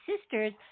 sisters